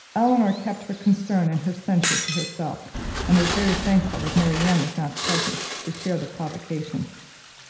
elinor kept her concern and her censure to herself and was very thankful that marianne was not present, to share the provocation.